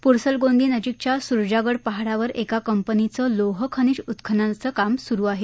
पुरसलगोंदीनजीकच्या सुरजागड पहाडावर एका कंपनीचं लोहखनिज उत्खननाचं काम सुरु आहे